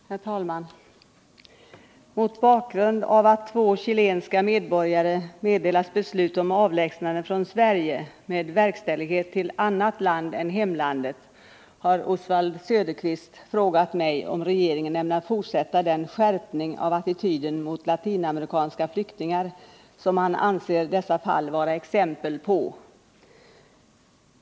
Herr talman! Mot bakgrund av att två chilenska medborgare meddelats beslut om avlägsnande från Sverige med verkställighet till annat land än hemlandet har Oswald Söderqvist frågat mig om regeringen ämnar fortsätta den skärpning av attityden mot latinamerikanska flyktingar som han anser dessa fall vara exempel på.